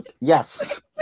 Yes